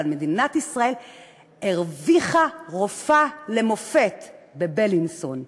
אבל מדינת ישראל הרוויחה רופאה למופת בבית-חולים בילינסון.